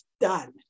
Done